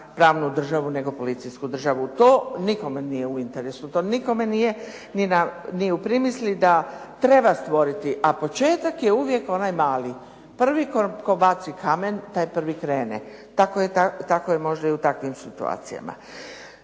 pravnu državu nego policijsku državu. To nikome nije u interesu, to nikome nije ni u primisli da treba stvoriti a početak je uvijek onaj mali. Prvi tko baci kamen taj prvi krene. Tako je možda i u takvim situacijama.